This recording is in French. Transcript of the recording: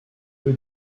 peu